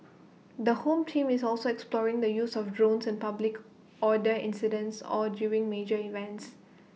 the home team is also exploring the use of drones in public order incidents or during major events